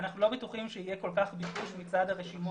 אנחנו לא בטוחים שיהיה כל כך ביקוש מצד הרשימות